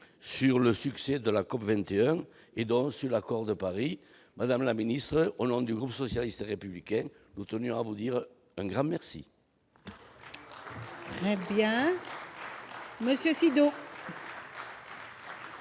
sur le succès de la COP 21, donc sur l'accord de Paris. Madame la ministre, au nom du groupe socialiste et républicain, nous tenions à vous adresser ici un grand merci ! La parole est